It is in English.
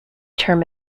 term